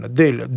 del